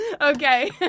Okay